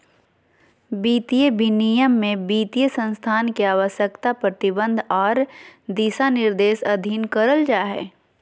वित्तीय विनियमन में वित्तीय संस्थान के आवश्यकता, प्रतिबंध आर दिशानिर्देश अधीन करल जा हय